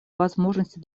возможности